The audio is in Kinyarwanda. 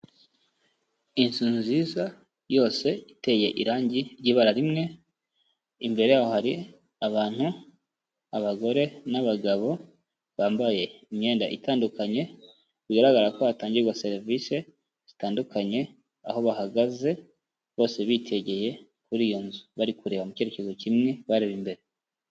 Inzu nziza yose iteye irangi ry'ibara rimwe, imbere yaho hari abantu, abagore n'abagabo bambaye imyenda itandukanye, bigaragara ko hatangirwa serivisi zitandukanye, aho bahagaze bose bitegeye kuri iyo nzu, bari kureba mu cyerekezo kimwe bareba imbere.